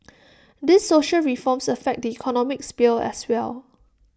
these social reforms affect the economic sphere as well